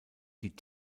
die